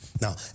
Now